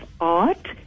art